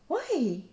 why